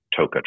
TOCA